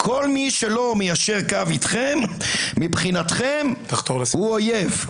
כל מי שלא מיישר קו אתכם, מבחינתכם הוא אויב.